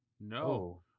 No